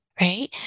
right